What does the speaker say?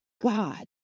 god